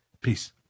peace